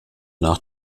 nach